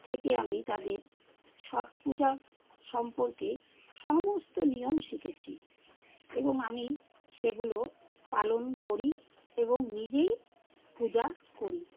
থেকে আমি তাদের ছট পূজা সম্পর্কে সমস্ত নিয়ম শিখেছি এবং আমি সেগুলো পালন করি এবং নিজেই পূজা করি